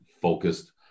focused